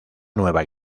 nueva